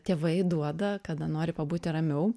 tėvai duoda kada nori pabūti ramiau